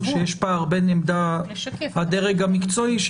כשיש פער בין עמדת הדרג המקצועי,